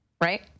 Right